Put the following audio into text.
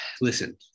listen